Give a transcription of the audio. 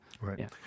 Right